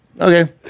Okay